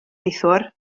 neithiwr